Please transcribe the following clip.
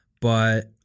but-